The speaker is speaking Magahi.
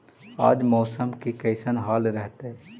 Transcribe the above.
आज मौसम के कैसन हाल रहतइ?